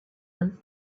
them